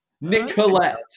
Nicolette